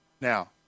Now